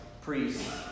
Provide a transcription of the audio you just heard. priests